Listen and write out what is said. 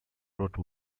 wrote